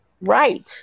Right